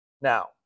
Now